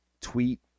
tweet